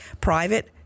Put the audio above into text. private